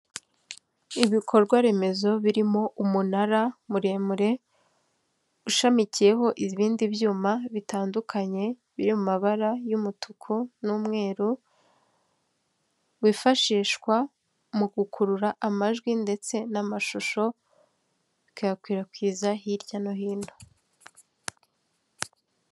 Ibikorwa remezo birimo umunara muremure ushamikiyeho ibindi byuma bitandukanye biri mu mabara y'umutuku n'umweru, wifashishwa mu gukurura amajwi ndetse n'amashusho bikayakwirakwiza hirya no hino.